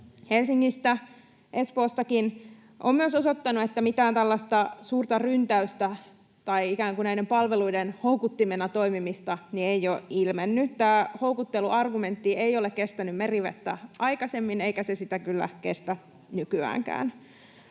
Helsingistä, Espoostakin, ovat myös osoittaneet, että mitään tällaista suurta ryntäystä tai ikään kuin näiden palveluiden houkuttimena toimimista ei ole ilmennyt. Tämä houkutteluargumentti ei ole kestänyt merivettä aikaisemmin, eikä se sitä kyllä kestä nykyäänkään.